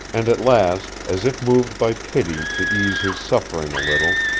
and at last, as if moved by pity to ease his suffering a little,